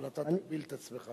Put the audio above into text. אבל אתה תגביל את עצמך.